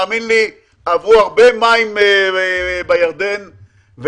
עברו הרבה מים בירדן,